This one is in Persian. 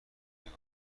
نگاه